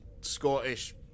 Scottish